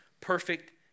perfect